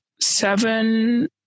seven